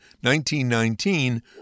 1919